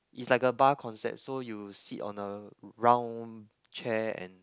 it's like a bar concept so you sit on a round chair and